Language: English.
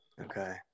Okay